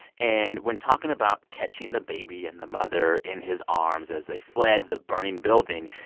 and when talking about catching the baby and the mother in his arms as they fled the burning building,